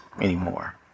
anymore